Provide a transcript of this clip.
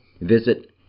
visit